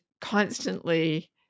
constantly